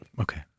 Okay